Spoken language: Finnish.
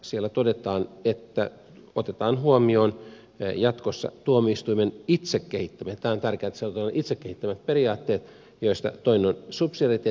siellä todetaan että otetaan huomioon jatkossa tuomioistuimen itse kehittämät tämä on tärkeää että ne ovat todella itse kehittämiä periaatteet joista toinen on subsidiariteettiperiaate